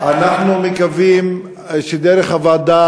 אנחנו מקווים שדרך הוועדה